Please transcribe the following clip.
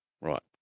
Right